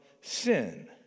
sin